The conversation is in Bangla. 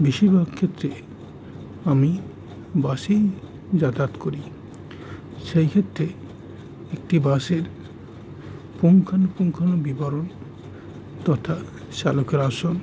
বেশিরভাগ ক্ষেত্রে আমি বাসেই যাতায়াত করি সেই ক্ষেত্রে একটি বাসের পুঙ্খানুপুঙ্খ বিবরণ তথা চালকের আসন